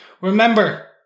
Remember